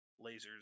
lasers